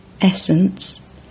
Essence